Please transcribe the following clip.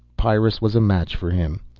pyrrus was a match for him.